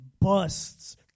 busts